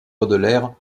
baudelaire